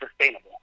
sustainable